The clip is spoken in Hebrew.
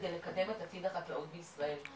כדי לקדם את עתיד החקלאות בישראל.